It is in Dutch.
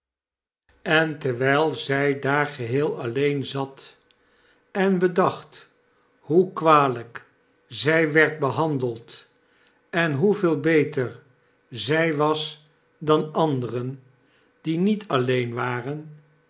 en terwjjl zij daar geheel alleen zat enbedacht hoe kwalp ztf werd behandeld en hoeveel beter zy was dan anderen die niet alleen waren